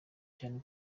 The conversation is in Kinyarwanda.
cyane